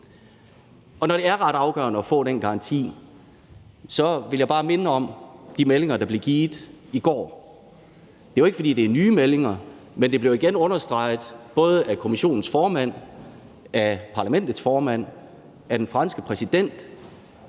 Det er ret afgørende at få den garanti, for jeg vil bare minde om de meldinger, der blev givet i går. Det er jo ikke, fordi det er nye meldinger, men det blev igen understreget både af Kommissionens formand, af Parlamentets formand, af den franske præsident